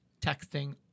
texting